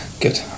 Good